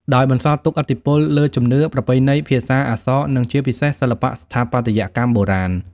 ដោយបន្សល់ទុកឥទ្ធិពលលើជំនឿ ប្រពៃណី ភាសា អក្សរ និងជាពិសេសសិល្បៈស្ថាបត្យកម្មបុរាណ។